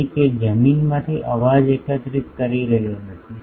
તેથી તે જમીન માંથી અવાજ એકત્રિત કરી રહ્યો નથી